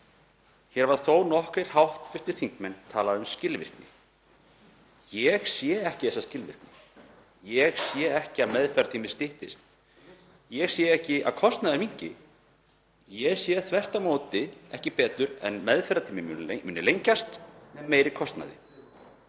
Hér hafa þó nokkrir hv. þingmenn talað um skilvirkni. Ég sé ekki þessa skilvirkni, sé ekki að meðferðartíminn styttist og sé ekki að kostnaðurinn minnki. Ég sé þvert á móti ekki betur en að meðferðartími muni lengjast með auknum kostnaði.